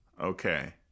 Okay